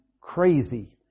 crazy